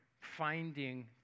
finding